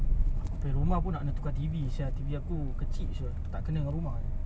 aku punya rumah pun nak na~ tukar T_V sia T_V aku kecil [siol] tak kena rumah ah